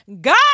God